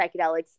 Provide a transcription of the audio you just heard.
psychedelics